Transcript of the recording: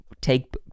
take